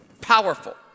powerful